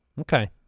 Okay